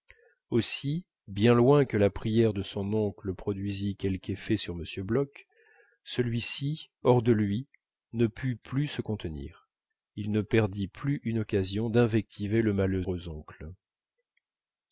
aussi bien loin que la prière de son oncle produisît quelque effet sur m bloch celui-ci hors de lui ne put plus se contenir il ne perdit plus une occasion d'invectiver le malheureux oncle